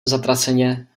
zatraceně